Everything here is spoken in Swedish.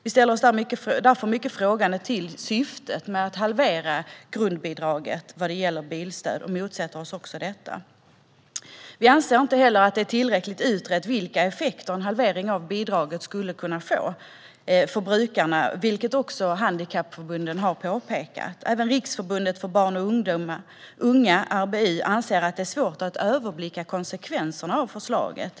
Vi ställer oss därför mycket frågande till syftet med att halvera grundbidraget vad gäller bilstöd, och vi motsätter oss detta. Vi anser inte heller att det är tillräckligt utrett vilka effekter en halvering av bidraget skulle kunna få för brukarna, vilket också handikappförbunden har påpekat. Även Riksförbundet för Rörelsehindrade Barn och Unga, RBU, anser att det är svårt att överblicka konsekvenserna av förslaget.